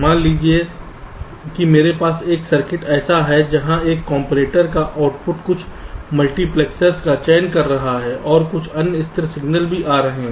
मान लीजिए कि मेरे पास एक सर्किट ऐसा है जहां एक कॉम्परटोर का आउटपुट कुछ मल्टीप्लेक्सर्स का चयन कर रहा है और कुछ अन्य स्थिर सिग्नल भी आ रहा है